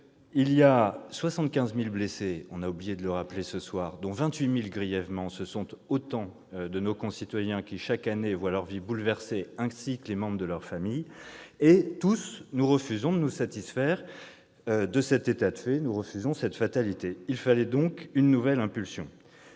année, 3 500 tués et- on a oublié de le rappeler ce soir -75 000 blessés, dont 28 000 grièvement. Ce sont autant de nos concitoyens qui, chaque année, voient leurs vies bouleversées, ainsi que les membres de leurs familles. Tous, nous refusons de nous satisfaire de cet état de fait, nous refusons cette fatalité. Il fallait donc une nouvelle impulsion.